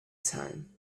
time